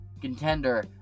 Contender